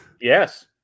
Yes